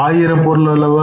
ஆயிரம் பொருள் அல்லவா